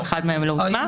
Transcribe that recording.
אף אחד מהם לא הוכלל.